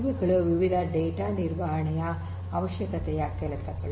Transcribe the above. ಇವುಗಳು ವಿವಿಧ ಡೇಟಾ ನಿರ್ವಹಣೆಯ ಅವಶ್ಯಕತೆಯ ಕೆಲಸಗಳು